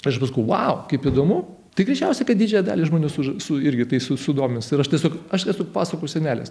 aš paskui vau kaip įdomu tai greičiausia kad didžiąją dalį žmonių irgi tai sudomins ir aš tiesiog aš esu pasakų senelis